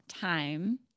time